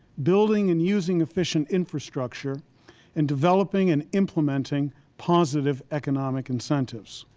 building and using efficient infrastructure and developing and implementing positive economic incentives.